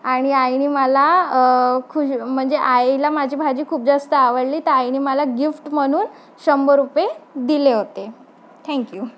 आणि आईने मला खुश म्हणजे आईला माझी भाजी खूप जास्त आवडली तर आईने मला गिफ्ट म्हणून शंभर रुपये दिले होते थँक्यू